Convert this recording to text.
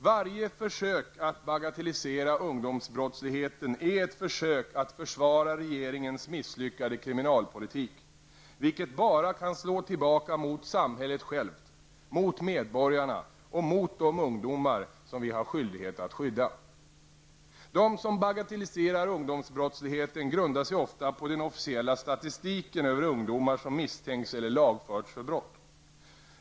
Varje försök att bagatellisera ungdomsbrottsligheten är ett försök att försvara regeringens misslyckade kriminalpolitik, vilket bara kan slå tillbaka mot samhället självt, mot medborgarna och mot de ungdomar som vi har skyldighet att skydda. De som bagatelliserar ungdomsbrottsligheten grundar sig ofta på den officiella statistiken över ungdomar som misstänkts eller lagförts för brott.